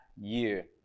Year